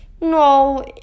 No